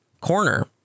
corner